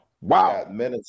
Wow